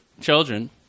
children